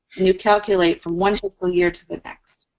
and you calculate from one fiscal year to the next.